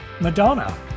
Madonna